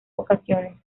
ocasiones